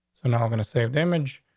so now i'm gonna save damage.